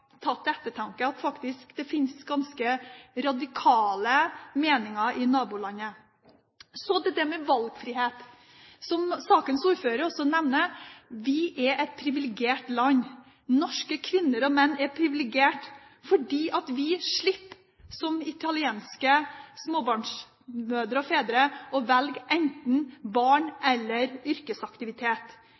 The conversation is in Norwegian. at det faktisk finnes ganske radikale meninger i nabolandet. Så til det med valgfrihet. Som sakens ordfører også nevner, er vi et privilegert land. Norske kvinner og menn er privilegert fordi vi slipper, som italienske småbarnsmødre og -fedre, å velge enten barn eller yrkesaktivitet.